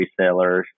resellers